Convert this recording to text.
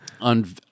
On